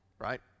Right